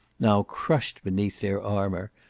now crushed beneath their armour,